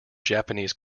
japanese